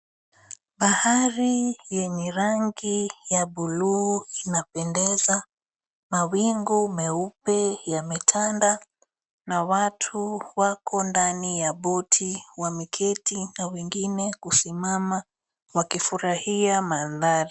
Bahari yenye rangi ya buluu inapendeza. Mawingu meupe yametanda na watu wako ndani ya boti wameketi na wengine kusimama wakifurahia mandhari.